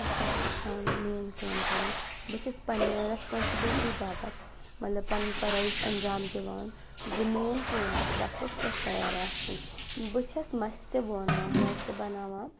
خۄش گژھان میٛٲنۍ کٲم کَرٕنۍ بہٕ چھَس پنٛنہِ رٮ۪سپانسِبِلٹی باپَتھ مطلب پَنٕنۍ فَرٲیِض اَنجام دِوان زِ میٛٲنۍ کٲم گژھِ وقتَس پٮ۪ٹھ تیار آسٕنۍ بہٕ چھَس مَسہِ تہِ وونان موزٕ تہِ بَناوان